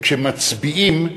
וכשמצביעים,